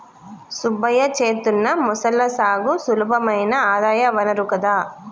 సుబ్బయ్య చేత్తున్న మొసళ్ల సాగు సులభమైన ఆదాయ వనరు కదా